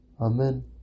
Amen